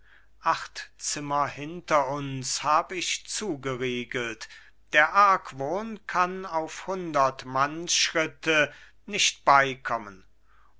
acht zimmer hinter uns hab ich zugeriegelt der argwohn kann auf hundert mannsschritte nicht beikommen